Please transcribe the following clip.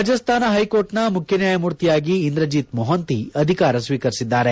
ರಾಜಸ್ತಾನ ಹೈಕೋರ್ಟ್ನ ಮುಖ್ಯ ನ್ಯಾಯಮೂರ್ತಿಯಾಗಿ ಇಂದ್ರಜಿತ್ ಮೊಹಂತಿ ಅಧಿಕಾರ ಸ್ವೀಕರಿಸಿದ್ದಾರೆ